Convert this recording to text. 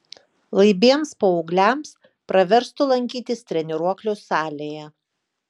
laibiems paaugliams praverstų lankytis treniruoklių salėje